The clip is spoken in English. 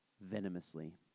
venomously